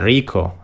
Rico